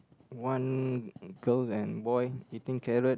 one girl and boy eating carrot